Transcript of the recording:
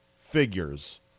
figures